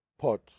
pot